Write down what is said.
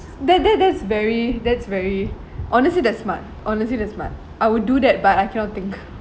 that that that's very that's very honestly that's smart honestly that's smart I would do that but I cannot think